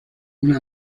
una